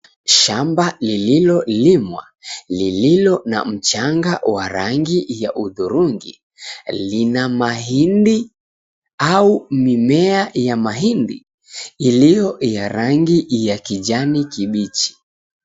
Shamba lililolimwa lililo na mchanga wa rangi ya hudhurungi lina mahindi au mimea ya mahindi ilio ya rangi ya kijani kibichi.